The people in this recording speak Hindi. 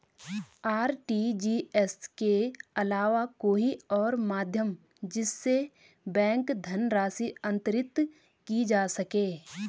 आर.टी.जी.एस के अलावा कोई और माध्यम जिससे बैंक धनराशि अंतरित की जा सके?